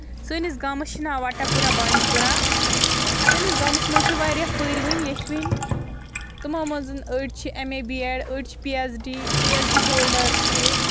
سٲنِس گامَس چھِ ناو وَٹَپوٗراہ بانڈی پورہ سٲنِس گامَس منٛز چھِ واریاہ پٔرۍوٕنۍ لیکھوٕنۍ تِمو منٛز أڑۍ چھِ M A B Ed P H D H H D H ڈی ہولڈرٕز چھِ ییٚتہِ